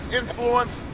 influence